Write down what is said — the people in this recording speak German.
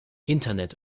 internet